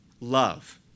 love